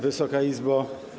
Wysoka Izbo!